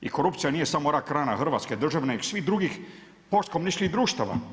I korupcija nije samo rak rana Hrvatske države nego svih drugih post komunističkih društava.